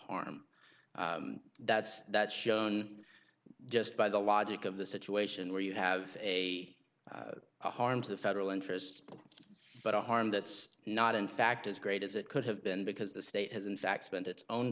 harm that's that shown just by the logic of the situation where you have a harm to the federal interest but a harm that's not in fact as great as it could have been because the state has in fact spent its own